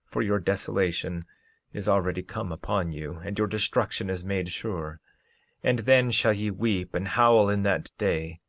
for your desolation is already come upon you, and your destruction is made sure and then shall ye weep and howl in that day,